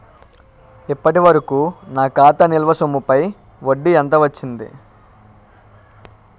ఇప్పటి వరకూ నా ఖాతా నిల్వ సొమ్ముపై వడ్డీ ఎంత వచ్చింది?